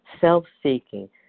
self-seeking